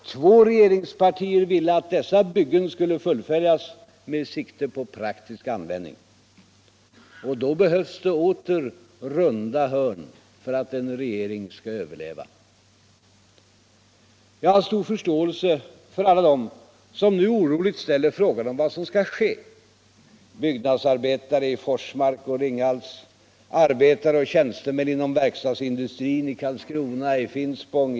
Två regeringspartier ville att dessa byggen skulle fullföljas med sikte på praktisk användning. Då behövs det åter runda hörn för att en regering skall överleva. Jag har stor förståelse för alla dem som nu orotiet ställer frågan om vad som skall ske — byggnadsarbetare i Forsmark och Ringhals, arbetare och tjänstemän inom verkstadsindustrin i Karlskrona, i Finspång.